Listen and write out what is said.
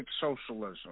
socialism